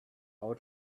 out